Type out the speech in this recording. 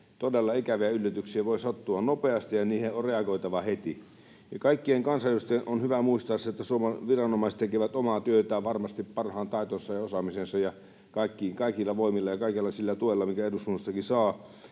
todella ikäviä yllätyksiä voi sattua nopeasti ja niihin on reagoitava heti. Ja kaikkien kansanedustajien on hyvä muistaa se, että Suomen viranomaiset tekevät omaa työtään varmasti parhaan taitonsa ja osaamisensa mukaan ja kaikilla voimilla ja kaikella sillä tuella, minkä eduskunnastakin saavat.